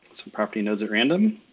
some property nodes at random,